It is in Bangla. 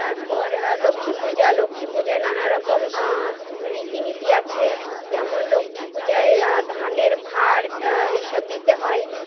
তারপর লক্ষ্মী পূজা লক্ষ্মী পূজায় নানারকম রীতিনীতি আছে যেমন লক্ষ্মী পূজায় ধানের ভাঁড় এইসব দিতে হয়